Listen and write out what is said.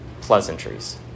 pleasantries